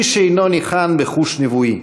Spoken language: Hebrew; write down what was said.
איש אינו ניחן בחוש נבואי,